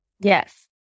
Yes